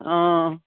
অঁ